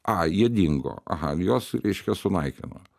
a jie dingo aha juos reiškia sunaikino